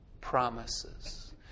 promises